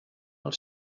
els